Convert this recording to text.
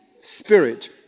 spirit